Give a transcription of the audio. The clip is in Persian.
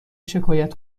شکایت